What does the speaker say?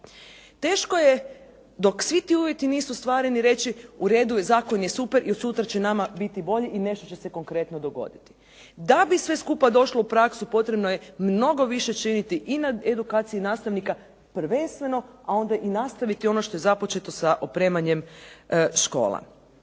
Teško je dok svi ti uvjeti nisu ostvareni reći u redu je zakon je super i od sutra će nama biti bolje i nešto će se konkretno dogoditi. Da bi sve skupa došlo u praksu potrebno je mnogo više činiti i na edukaciji nastavnika prvenstveno a onda i nastaviti ono što je započeto sa opremanjem škola.